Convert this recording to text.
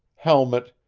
helmet,